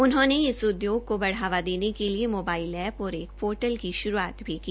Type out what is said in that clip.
उन्होंने हथकरघा उदयोग को बढ़ावा देने के लिए मोबाइल एप्प और पोर्टल की श्रूआत भी की